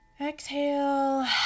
exhale